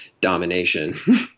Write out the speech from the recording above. domination